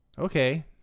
Okay